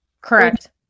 Correct